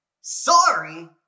Sorry